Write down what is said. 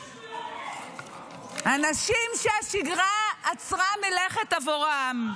אנשים שהשגרה עצרה מלכת עבורם.